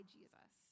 Jesus